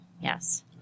yes